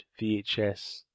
VHS